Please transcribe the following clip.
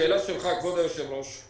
לשאלה שלך כבוד היושב ראש,